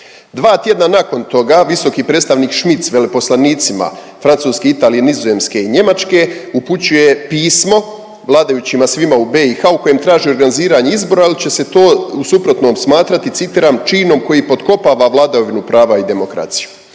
Dva tjedna nakon toga visoki predstavnik Schmidt s veleposlanicima Francuske, Italije, Nizozemske i Njemačke upućuje pismo vladajućima svima u BiH u kojem traži organiziranje izbora jer će se to u suprotnom smatrati citiram, činom koji potkopava vladavinu prava i demokraciju.